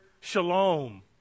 shalom